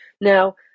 Now